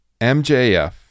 MJF